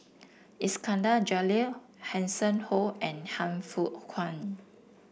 Iskandar Jalil Hanson Ho and Han Fook Kwang